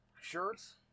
shirts